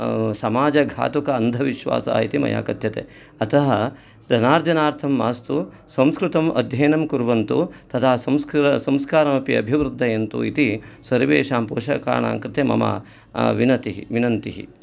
समाजघातुक अन्धविश्वास इति मया कथ्यते अतः धनार्जनार्थं मास्तु संस्कृतम् अध्ययनं कुर्वन्तु तदा संस्कृतसंस्कारम् अपि अभिवृद्धयन्तु इति सर्वेषां पोषकाणाङ्कृते मम विनतिः विनन्तिः